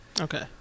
Okay